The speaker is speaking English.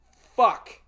fuck